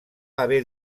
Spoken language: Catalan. haver